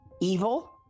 evil